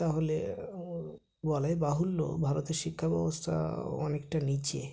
তাহলে বলাই বাহুল্য ভারতের শিক্ষা ব্যবস্থা অনেকটা নিচে